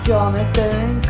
Jonathan